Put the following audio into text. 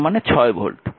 তার মানে 6 ভোল্ট